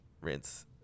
rinse